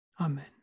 Amen